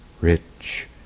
rich